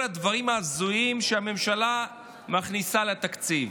הדברים ההזויים שהממשלה מכניסה לתקציב.